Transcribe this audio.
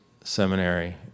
seminary